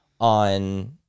on